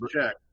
check